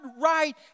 right